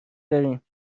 بریم